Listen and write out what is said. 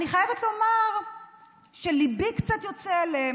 אני חייבת לומר שליבי קצת יוצא אליהם,